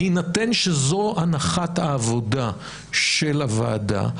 בהינתן שזו הנחת העבודה של הוועדה,